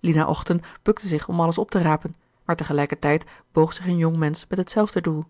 lina ochten bukte zich om alles op te rapen maar te gelijker tijd boog zich een jong mensch met hetzelfde doel